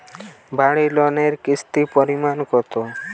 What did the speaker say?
বাড়ি লোনে কিস্তির পরিমাণ কত?